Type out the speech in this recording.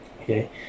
okay